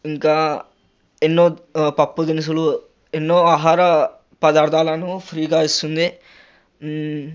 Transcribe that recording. ఇంకా ఎన్నో పప్పు ఇంకా దినుసులు ఎన్నో ఆహార పదార్థాలను ఫ్రీగా ఇస్తుంది